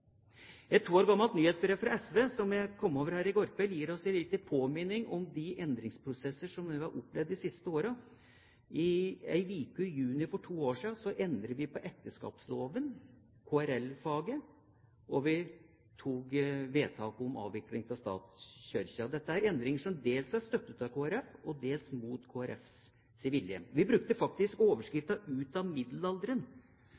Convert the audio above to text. gammelt nyhetsbrev fra SV, som jeg kom over i går kveld, gir oss en liten påminning om de endringsprosesser vi har opplevd de siste årene. I en uke i juni for to år siden endret vi på ekteskapsloven og KRL-faget, og vi vedtok en avvikling av statskirken. Dette er endringer som dels er støttet av Kristelig Folkeparti, dels er imot Kristelig Folkepartis vilje. Vi brukte faktisk